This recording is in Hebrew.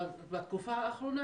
בתקופה האחרונה,